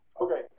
okay